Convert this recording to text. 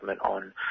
on